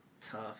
tough